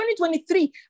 2023